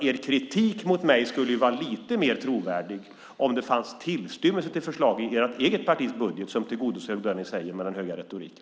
Er kritik mot mig skulle vara lite mer trovärdig om det fanns en tillstymmelse till förslag i ert eget partis budget som tillgodoser det ni säger med den höga retoriken.